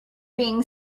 being